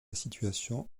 situation